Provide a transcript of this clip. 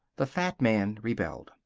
the fat man rebelled.